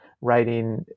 writing